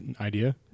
idea